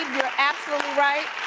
you're absolutely right,